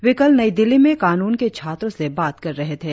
वे कल नई दिल्ली में कानून के छात्रों से बात कर रहे थे